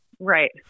right